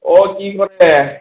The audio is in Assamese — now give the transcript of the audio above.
অ' কি কৰে